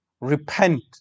Repent